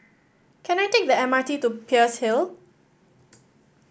can I take the M R T to Peirce Hill